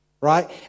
right